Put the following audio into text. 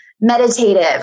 meditative